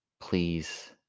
please